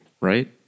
right